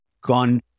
gone